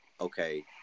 okay